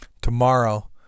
Tomorrow